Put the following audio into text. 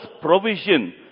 provision